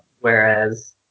Whereas